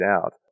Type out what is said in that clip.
out